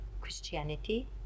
Christianity